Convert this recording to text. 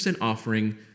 offering